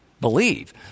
believe